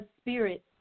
spirit